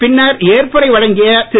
பின்னர் ஏற்புரை வழங்கிய திரு